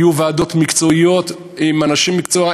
יהיו ועדות מקצועיות עם אנשים מקצועיים,